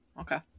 Okay